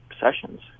sessions